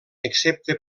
excepte